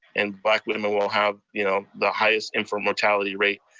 and black women will have you know the highest infant mortality rate,